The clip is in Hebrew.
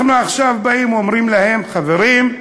אנחנו עכשיו באים, אומרים להם: חברים,